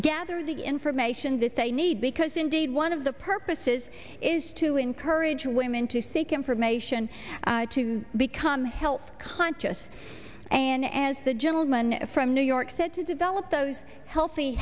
gather the information that they need because indeed one of the purposes is to encourage women to seek information to become health conscious and as the gentleman from new york said to develop those healthy